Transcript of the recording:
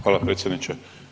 Hvala predsjedniče.